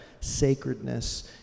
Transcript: sacredness